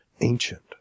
ancient